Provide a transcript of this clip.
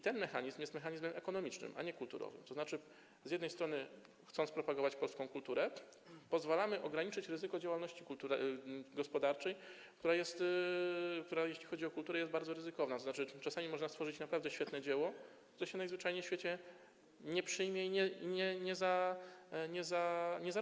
Ten mechanizm jest mechanizmem ekonomicznym, a nie kulturowym, tzn. z jednej strony, chcąc propagować polską kulturę, pozwalamy ograniczyć ryzyko działalności gospodarczej, która jest, jeśli chodzi o kulturę, bardzo ryzykowna, bo czasami można stworzyć naprawdę świetne dzieło, które najzwyczajniej w świecie nie przyjmie się i nie zarobi na siebie.